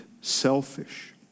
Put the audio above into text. selfish